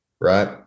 right